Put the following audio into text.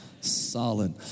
Solid